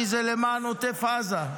כי זה למען עוטף עזה.